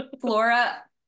flora